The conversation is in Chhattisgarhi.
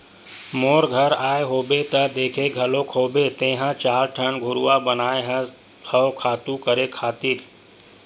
मोर घर आए होबे त देखे घलोक होबे तेंहा चार ठन घुरूवा बनाए हव खातू करे खातिर